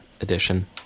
edition